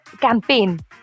campaign